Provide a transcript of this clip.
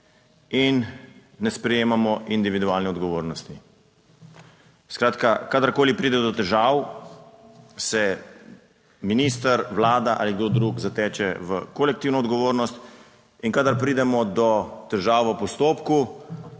in ne sprejemamo individualne odgovornosti. Skratka, kadarkoli pride do težav, se minister, Vlada ali kdo drug zateče v kolektivno odgovornost in kadar pridemo do težav v postopku,